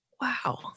Wow